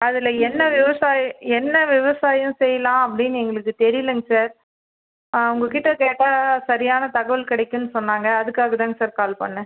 அதில் என்ன விவசாயி என்ன விவசாயம் செய்யலாம் அப்படின்னு எங்களுக்கு தெரியலங்க சார் உங்கள்கிட்ட கேட்டால் சரியான தகவல் கிடைக்குன்னு சொன்னாங்க அதற்காக தாங்க சார் கால் பண்ணேன்